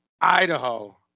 Idaho